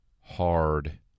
hard